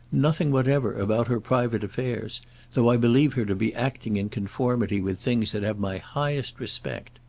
nothing whatever about her private affairs though i believe her to be acting in conformity with things that have my highest respect.